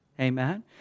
Amen